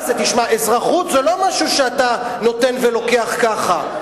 אזרחות זה לא משהו שאתה נותן ולוקח ככה.